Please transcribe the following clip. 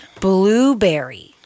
Blueberry